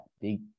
big